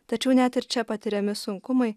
tačiau net ir čia patiriami sunkumai